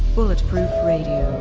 bulletproof radio,